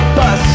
bus